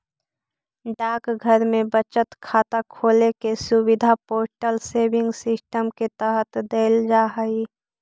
डाकघर में बचत खाता खोले के सुविधा पोस्टल सेविंग सिस्टम के तहत देल जा हइ